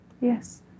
yes